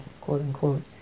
quote-unquote